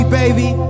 baby